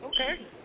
Okay